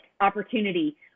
opportunity